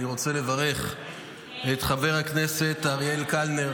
אני רוצה לברך את חבר הכנסת אריאל קלנר,